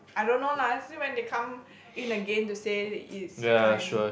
I don't know lah see when they come in again to say it's time